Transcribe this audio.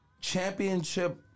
championship